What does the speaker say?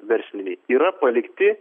versliniai yra palikti